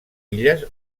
illes